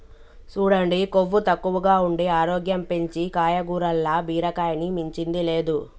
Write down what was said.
సూడండి కొవ్వు తక్కువగా ఉండి ఆరోగ్యం పెంచీ కాయగూరల్ల బీరకాయని మించింది లేదు